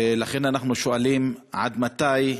ולכן אנחנו שואלים: עד מתי?